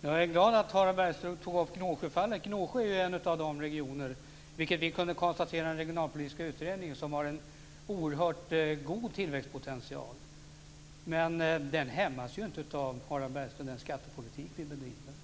Fru talman! Jag är glad att Harald Bergström tog upp Gnosjöfallet. Gnosjö är, vilket vi kunde konstatera i den regionalpolitiska utredningen, en region som har oerhört god tillväxtpotential. Men denna hämmas inte, Harald Bergström, av den skattepolitik vi bedriver.